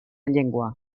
llengua